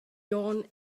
yarn